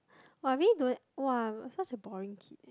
[wah] I really don't [wah] I'm such a boring kid